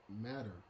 matter